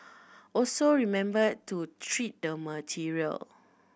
also remember to treat the material